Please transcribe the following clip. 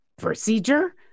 procedure